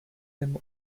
him